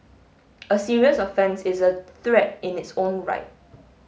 a serious offence is a threat in its own right